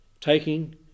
taking